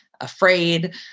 afraid